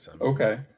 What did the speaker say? Okay